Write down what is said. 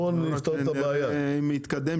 בוא נפתור